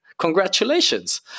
congratulations